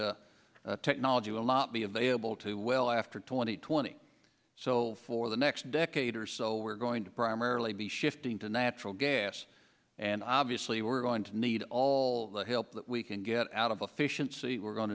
that technology will not be available to well i after twenty twenty so for the next decade or so we're going to primarily be shifting to natural gas and obviously we're going to need all the help that we can get out of the fish and we're going